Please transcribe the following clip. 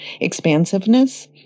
expansiveness